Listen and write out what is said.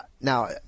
Now